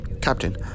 Captain